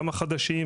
גם החדשים,